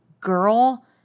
girl